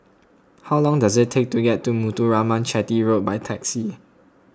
how long does it take to get to Muthuraman Chetty Road by taxi